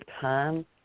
time